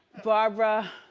barbara,